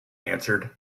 answered